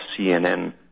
CNN